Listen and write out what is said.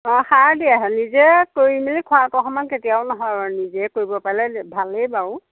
অঁ সাৰ দিয়া হয় নিজে কৰি মেলি খোৱা ক সমান কেতিয়াও নহয় আৰু নিজে কৰিব পাৰিলে ভালেই বাৰু